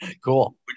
cool